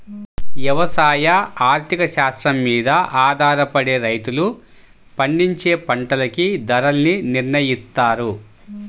యవసాయ ఆర్థిక శాస్త్రం మీద ఆధారపడే రైతులు పండించే పంటలకి ధరల్ని నిర్నయిత్తారు